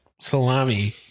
salami